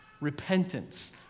Repentance